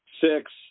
six